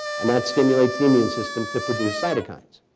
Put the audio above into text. and that stimulates the immune system to produce cytokines.